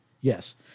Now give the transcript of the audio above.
Yes